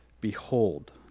behold